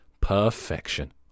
Perfection